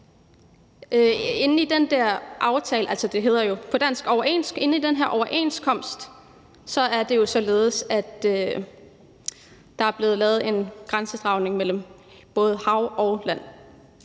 er det jo således, at der er blevet lavet en grænsedragning mellem både hav og land.